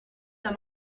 d’un